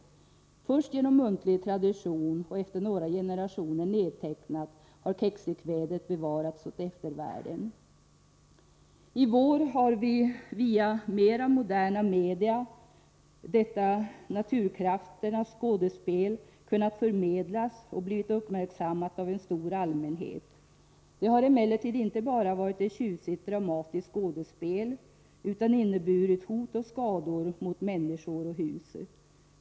Först genom muntlig tradition och efter några generationer nedtecknat har Keksikvädet bevarats åt eftervärlden. I vår har detta naturkrafternas skådespel kunnat förmedlas via mera moderna media och blivit uppmärksammat av en stor allmänhet. Det har emellertid inte bara varit ett tjusigt, dramatiskt skådespel, utan också inneburit hot mot människor och skador på deras hus.